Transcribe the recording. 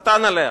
קטן עליה.